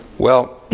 well,